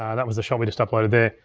that was the shot we just uploaded there.